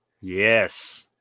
Yes